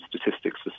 statistics